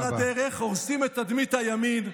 על הדרך הורסים את תדמית הימין,